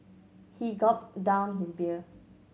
he gulped down his beer